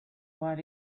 what